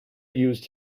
used